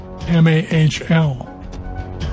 M-A-H-L